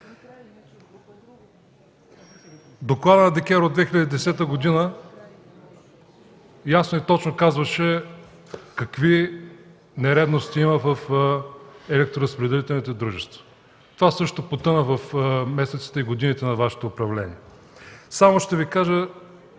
Докладът на ДКЕВР от 2010 г. ясно и точно казваше какви нередности има в електроразпределителните дружества. Това също потъна в месеците и годините на Вашето управление. Само ще Ви кажа